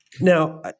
Now